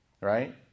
right